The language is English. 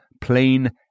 plain